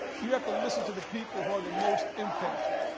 you have to listen to the people who are the most impacted.